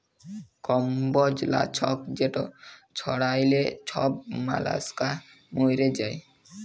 কম্বজ লাছক যেট ছড়াইলে ছব মলাস্কা মইরে যায়